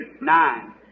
nine